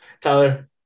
Tyler